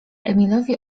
emilowi